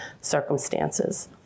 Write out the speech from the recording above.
circumstances